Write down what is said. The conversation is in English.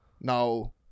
Now